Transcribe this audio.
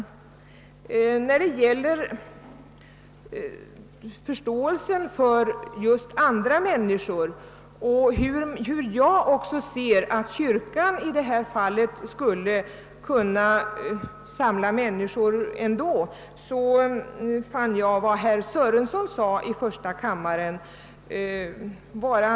Vad beträffar förståelsen för andra människor och övertygelsen om att kyrkan kan samla människor ändå vill jag hänvisa till vad herr Sörenson sade när första kammaren diskuterade frågan.